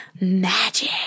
magic